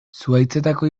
zuhaitzetako